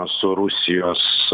su rusijos